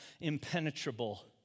Impenetrable